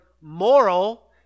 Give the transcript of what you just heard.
moral